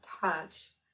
touch